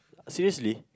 seriously